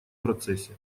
процессе